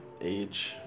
age